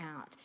out